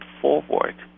forward